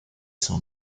son